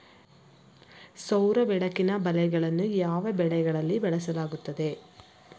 ಸೌರ ಬೆಳಕಿನ ಬಲೆಗಳನ್ನು ಯಾವ ಬೆಳೆಗಳಲ್ಲಿ ಬಳಸಲಾಗುತ್ತದೆ?